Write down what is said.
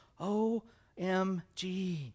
OMG